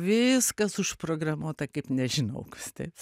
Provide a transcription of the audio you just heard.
viskas užprogramuota kaip nežinau kas taip